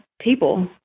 people